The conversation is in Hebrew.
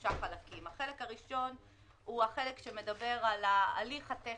לשלושה חלקים: החלק הראשון מדבר על ההליך הטכני,